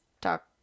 talk